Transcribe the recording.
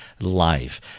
life